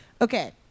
Okay